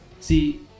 see